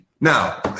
Now